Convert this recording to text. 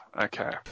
Okay